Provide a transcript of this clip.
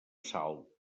salt